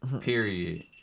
Period